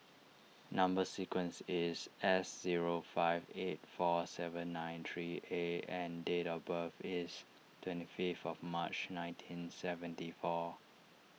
Number Sequence is S zero five eight four seven nine three A and date of birth is twenty fifth of March nineteen seventy four